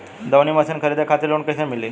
दऊनी मशीन खरीदे खातिर लोन कइसे मिली?